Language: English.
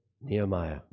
Nehemiah